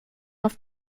auf